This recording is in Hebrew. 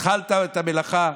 התחלת את המלאכה,